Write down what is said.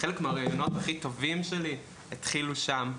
חלק מהרעיונות הכי טובים שלי התחילו שם.